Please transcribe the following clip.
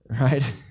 right